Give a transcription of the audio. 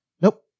Nope